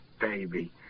Baby